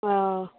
ओ